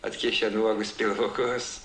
atkišę nuogus pilvukus